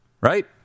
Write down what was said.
right